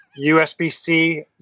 USB-C